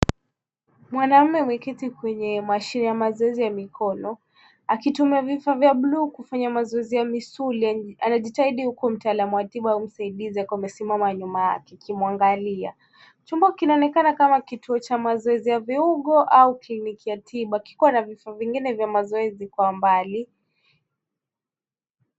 Mwanamume ameketi kwenye mashine ya mazoezi ya mikono, akitumia vifaa vya bluu kufanya mazoezi ya misuli, anajitahidi huku mtaalamu wa tiba msaidizi akiwa amesimama nyuma yake akimwangalia, chumba kinaonekana kama kituo cha mazoezi ya viungo au kliniki ya tiba kikiwa na vifaa vingine vya mazoezi kwa umbali.